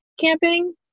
camping